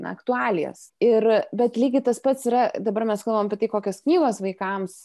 na aktualijas ir bet lygiai tas pats yra dabar mes kalbam apie tai kokios knygos vaikams